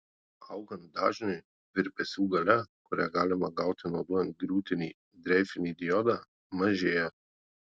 augant dažniui virpesių galia kurią galima gauti naudojant griūtinį dreifinį diodą mažėja